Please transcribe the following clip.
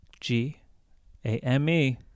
G-A-M-E